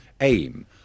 aim